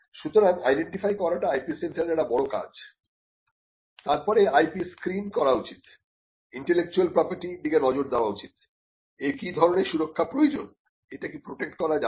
সুতরাং আইডেন্টিফাই করাটা IP সেন্টারের একটা বড় কাজ তারপর IP স্ক্রীন করা উচিত ইন্টেলেকচুয়াল প্রপার্টি দিকে নজর দেওয়া উচিত এর কি ধরনের সুরক্ষা প্রয়োজনএটা কি প্রটেক্ট করা যাবে